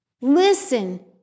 Listen